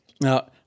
now